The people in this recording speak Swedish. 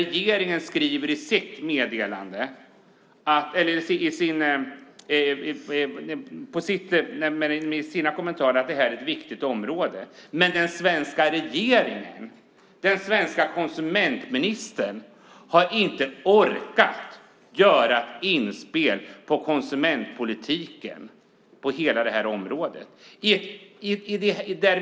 Regeringen skriver i sina kommentarer att konsumentpolitiken är ett viktigt område. Men den svenska regeringen och den svenska konsumentministern har inte orkat göra ett inspel på konsumentpolitiken och hela detta område.